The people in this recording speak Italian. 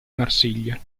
marsiglia